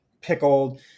pickled